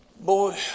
boy